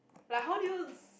like how do you